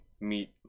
meet